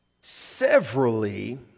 severally